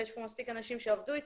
ויש פה מספיק אנשים שעבדו איתי,